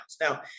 now